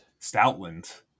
Stoutland